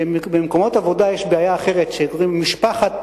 במקומות עבודה יש בעיה אחרת, שקוראים "משפחת